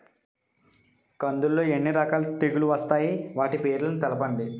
కందులు లో ఎన్ని రకాల తెగులు వస్తాయి? వాటి పేర్లను తెలపండి?